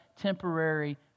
temporary